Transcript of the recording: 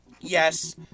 yes